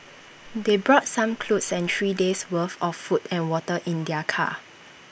they brought some clothes and three days worth of food and water in their car